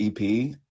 ep